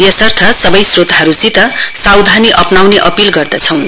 यसर्थ सबै स्रोतावर्गसित सावधानी अपनाउने अपील गर्दछौं